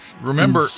Remember